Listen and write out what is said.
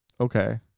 Okay